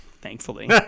thankfully